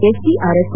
SDRF